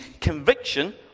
conviction